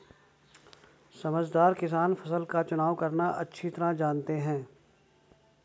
समझदार किसान फसल का चुनाव करना अच्छी तरह जानते हैं